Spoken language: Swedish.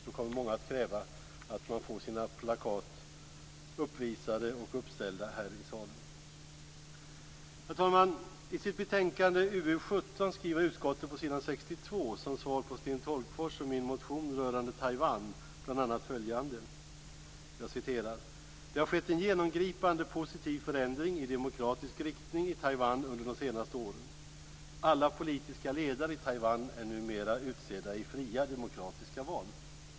Då kommer många att kräva att få sina plakat uppställda och uppvisade här i salen. Herr talman! I sitt betänkande UU17 skriver utskottet på s. 62, som svar på Sten Tolgfors och min motion rörande Taiwan bl.a. följande: "Det har skett en genomgripande positiv förändring i demokratisk riktning i Taiwan under de senaste åren. Alla politiska ledare i Taiwan är numera utsedda i fria demokratiska val."